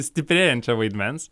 stiprėjančio vaidmens